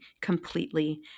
completely